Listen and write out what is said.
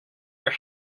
your